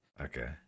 Okay